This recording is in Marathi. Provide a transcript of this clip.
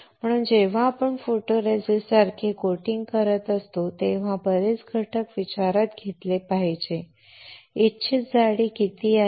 म्हणून जेव्हा आपण फोटोरेसिस्ट सारखे कोटिंग करत असतो तेव्हा बरेच घटक विचारात घेतले पाहिजेत इच्छित जाडी किती आहे